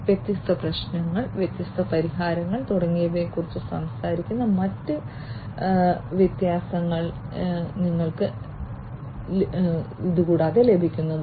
വ്യത്യസ്ത പ്രശ്നങ്ങൾ വ്യത്യസ്ത പരിഹാരങ്ങൾ തുടങ്ങിയവയെക്കുറിച്ച് സംസാരിക്കുന്ന മറ്റ് വ്യത്യാസങ്ങൾ നിങ്ങൾക്ക് ലഭിക്കും